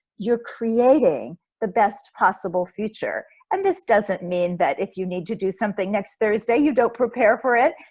you're creating the best possible future. and this doesn't mean that if you need to do something next thursday, you don't prepare for it,